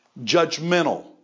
judgmental